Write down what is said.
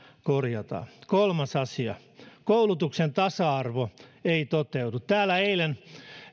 korjataan kolmas asia koulutuksen tasa arvo ei toteudu täällä eilen